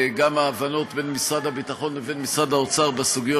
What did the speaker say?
גם ההבנות בין משרד הביטחון לבין משרד האוצר בסוגיות